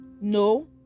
no